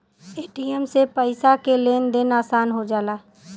ATM से पइसा के लेन देन आसान हो जाला